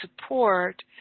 support